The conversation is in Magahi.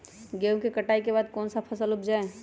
गेंहू के कटाई के बाद कौन सा फसल उप जाए?